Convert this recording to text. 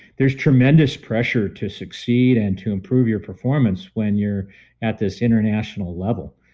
there's tremendous pressure to succeed and to improve your performance when you're at this international level.